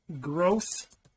growth